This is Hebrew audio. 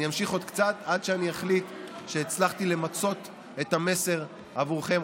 אני אמשיך עוד קצת עד שאני אחליט שהצלחתי למצות את המסר עבורכם,